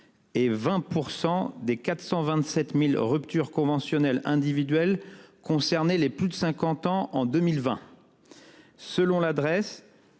Et 20% des 427.000 ruptures conventionnelles individuelles concernés les plus de 50 ans en 2020. Selon l'adresse